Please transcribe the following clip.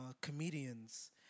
comedians